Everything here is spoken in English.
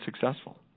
successful